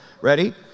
ready